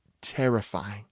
terrifying